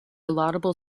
laudable